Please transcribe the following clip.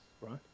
right